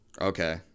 Okay